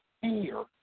fear